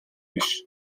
биш